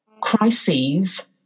crises